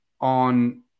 on